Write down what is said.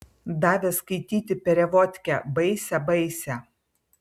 davė skaityti perevodkę baisią baisią